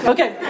Okay